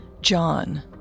John